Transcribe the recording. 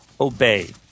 obey